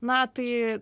na tai